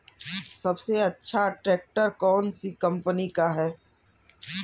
सबसे अच्छा ट्रैक्टर कौन सी कम्पनी का है?